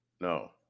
No